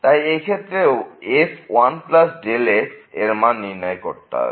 তাই এই ক্ষেত্রে f 1x এর মান নির্ণয় করতে হবে